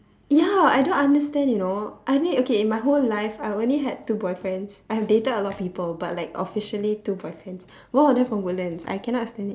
ya I don't understand you know I mean okay in my whole life I only had two boyfriends I have dated a lot of people but like officially two boyfriends both of them from woodlands I cannot stand it